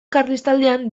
karlistaldian